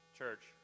church